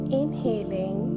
inhaling